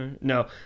No